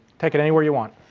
take it anywhere you want.